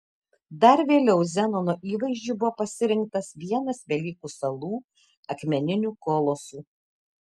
dar vėliau zenono įvaizdžiui buvo pasirinktas vienas velykų salų akmeninių kolosų